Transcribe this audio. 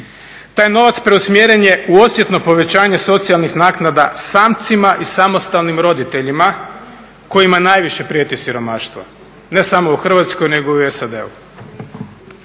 Taj novac preusmjeren je u osjetno povećanje socijalnih naknada samcima i samostalnim roditeljima kojima najviše prijeti siromaštvo, ne samo u Hrvatskoj nego i u SAD-u.